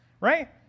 right